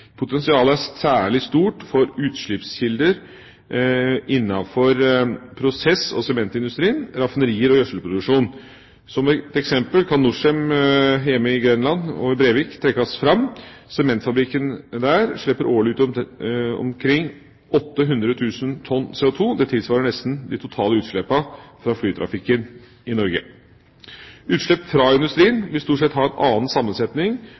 Potensialet er særlig stort for utslippskilder innenfor prosess- og sementindustrien, raffinerier og gjødselproduksjon. Som et eksempel kan Norcem hjemme i Grenland – og Brevik – trekkes fram. Sementfabrikken der slipper årlig ut omkring 800 000 tonn CO2. Det tilsvarer nesten de totale utslippene fra flytrafikken i Norge. Utslipp fra industrien vil stort sett ha en annen sammensetning